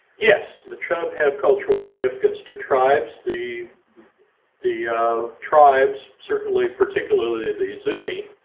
yes, the chub have cultural significance to tribes. the the tribes certainly, particularly the zuni,